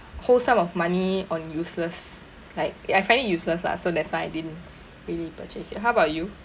whole some of money on useless like I find it useless lah so that's why I didn't really purchase it how about you